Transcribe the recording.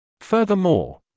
Furthermore